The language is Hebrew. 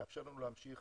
מאפשר לנו להמשיך